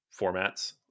formats